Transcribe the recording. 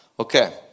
Okay